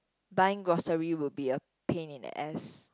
buying grocery would be a pain in the ass